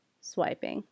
swiping